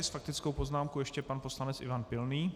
S faktickou poznámkou ještě pan poslanec Ivan Pilný.